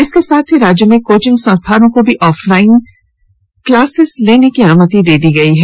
इसके साथ ही राज्य में कोचिंग संस्थानों को भी ऑफ लाईन क्लसा लेने की अनुमति दे दी गई है